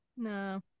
No